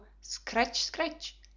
scratch-scratch